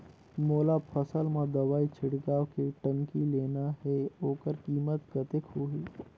मोला फसल मां दवाई छिड़काव के टंकी लेना हे ओकर कीमत कतेक होही?